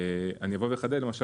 אני אבוא ואחדד: למשל,